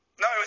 No